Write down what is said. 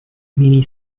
mini